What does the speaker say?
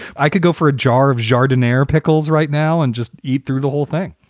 i could go for a jar of gardenhire pickles right now and just eat through the whole thing.